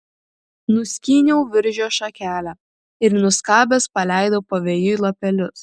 nuskyniau viržio šakelę ir nuskabęs paleidau pavėjui lapelius